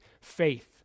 faith